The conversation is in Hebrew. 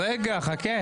רגע, חכה.